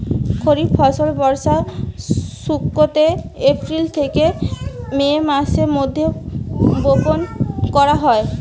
খরিফ ফসল বর্ষার শুরুতে, এপ্রিল থেকে মে মাসের মধ্যে বপন করা হয়